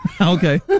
Okay